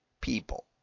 people